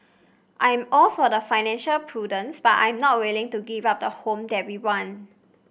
I am all for financial prudence but I am not willing to give up the home that we want